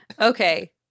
Okay